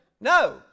No